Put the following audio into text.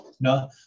no